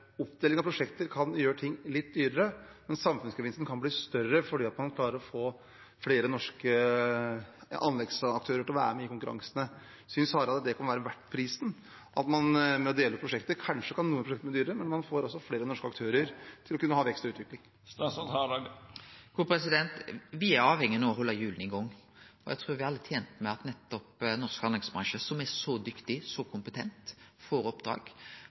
Oppdeling av prosjekter kan gjøre ting litt dyrere, men samfunnsgevinsten kan bli større fordi man klarer å få flere norske anleggsaktører til å være med i konkurransene. Synes statsråd Hareide at det kan være verdt prisen, at man ved å dele opp prosjekter kanskje kan gjøre noen av prosjektene dyrere, men man får altså flere norske aktører, for å kunne ha vekst og utvikling? Me er no avhengige av å halde hjula i gang. Eg trur me alle er tent med at nettopp norsk anleggsbransje, som er så dyktig og kompetent, får oppdrag.